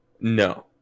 No